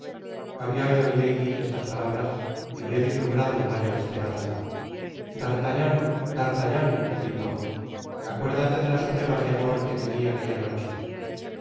habia oido milady estas palabras y habia vislumbrado un rayo de esperanza d'artagnan d'artagnan gritó acuérdate de las pruebas de amor que te di aquella noche